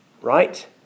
right